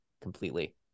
completely